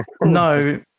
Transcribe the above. No